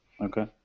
Okay